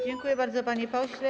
Dziękuję bardzo, panie pośle.